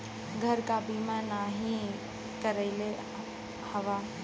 घर क बीमा नाही करइले हउवा